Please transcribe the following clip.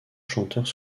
chanteurs